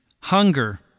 Hunger